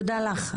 תודה לך.